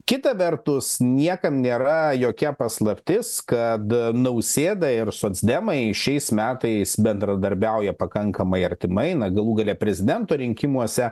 kita vertus niekam nėra jokia paslaptis kad nausėda ir socdemai šiais metais bendradarbiauja pakankamai artimai na galų gale prezidento rinkimuose